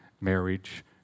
marriage